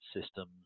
systems